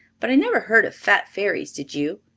but i never heard of fat fairies, did you?